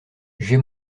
j’ai